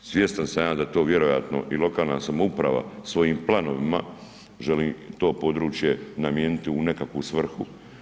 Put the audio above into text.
Svjestan sam ja da to vjerojatno i lokalna samouprava svojim planovima želi to područje namijeniti u nekakvu svrhu.